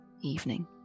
evening